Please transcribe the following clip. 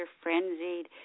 frenzied